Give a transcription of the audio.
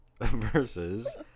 versus